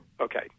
Okay